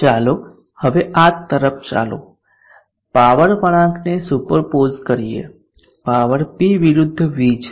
ચાલો હવે આ તરફ ચાલો પાવર વળાંકને સુપરપોઝ કરીએ પાવર P વિરુદ્ધ V છે